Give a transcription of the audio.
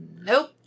Nope